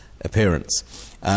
appearance